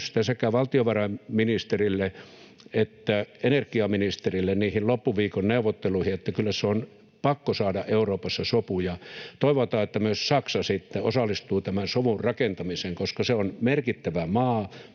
sekä valtiovarainministerille että energiaministerille niihin loppuviikon neuvotteluihin. Kyllä se on pakko saada Euroopassa sopu, ja toivotaan, että myös Saksa sitten osallistuu tämän sovun rakentamiseen, koska se on merkittävä maa